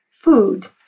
food